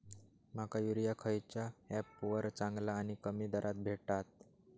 माका युरिया खयच्या ऍपवर चांगला आणि कमी दरात भेटात?